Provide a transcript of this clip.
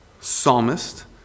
psalmist